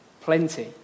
plenty